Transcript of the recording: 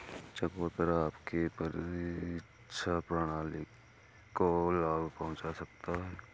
चकोतरा आपकी प्रतिरक्षा प्रणाली को लाभ पहुंचा सकता है